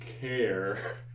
care